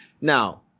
Now